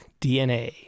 DNA